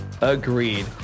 Agreed